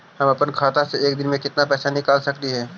हम अपन खाता से एक दिन में कितना पैसा निकाल सक हिय?